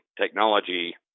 technology